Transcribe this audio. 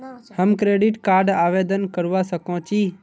हम credit card आवेदन करवा संकोची?